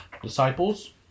Disciples